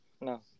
No